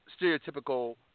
stereotypical